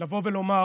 לבוא ולומר